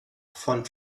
von